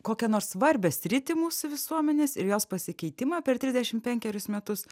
kokią nors svarbią sritį mūsų visuomenės ir jos pasikeitimą per trisdešim penkerius metus